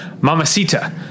Mamacita